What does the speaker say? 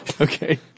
Okay